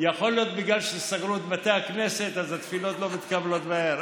יכול להיות שבגלל שסגרו את בתי הכנסת אז התפילות לא מתקבלות מהר,